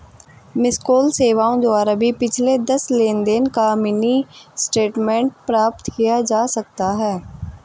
miss call सेवाओं द्वारा भी पिछले दस लेनदेन का मिनी स्टेटमेंट प्राप्त किया जा सकता है